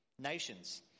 nations